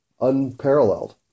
unparalleled